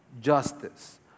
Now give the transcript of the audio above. justice